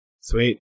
Sweet